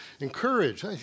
encourage